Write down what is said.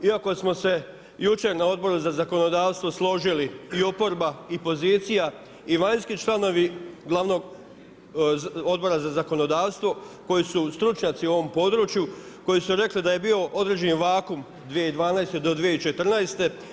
Iako smo se jučer na Odboru za zakonodavstvo složili i oporba i pozicija i vanjski članovi Odbora za zakonodavstvo, koji su stručnjaci u ovom području, koji su rekli da je bio određeni vakum 2012.-2014.